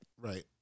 Right